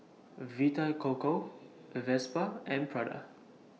Vita Coco Vespa and Prada